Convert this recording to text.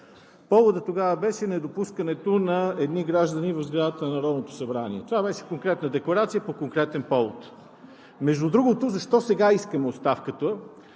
Поводът тогава беше недопускането на едни граждани в сградата на Народното събрание. Това беше конкретна декларация по конкретен повод. Между другото, защо все още искаме оставката?